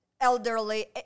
elderly